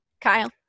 Kyle